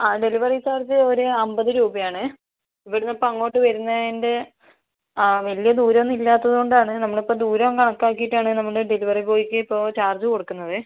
ആ delivery charge ഒരു അൻപത് രൂപയാണേ ഇവിടുന്നിപ്പം അങ്ങോട്ട് വരുന്നതിന്റെ ആ വലിയ ദൂരമൊന്നും ഇല്ലാത്തത് കൊണ്ടാണ് നമ്മളിപ്പം ദൂരവും കണക്കാക്കിയിട്ടാണ് നമ്മൾ ഡെലിവെറി ബോയിക്കിപ്പോൾ ചാർജ് കൊടുക്കുന്നതേ